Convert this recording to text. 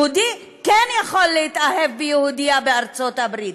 יהודי כן יכול להתאהב ביהודייה בארצות הברית,